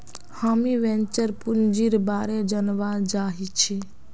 हामीं वेंचर पूंजीर बारे जनवा चाहछी